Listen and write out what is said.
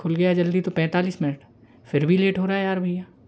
खुल गया जल्दी तो पैंतालीस मिनट फिर भी लेट हो रहा है यार भैया